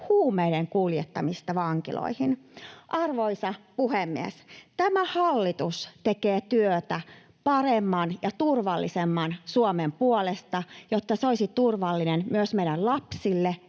huumeiden kuljettamista vankiloihin. Arvoisa puhemies! Tämä hallitus tekee työtä paremman ja turvallisemman Suomen puolesta, jotta se olisi turvallinen myös meidän lapsillemme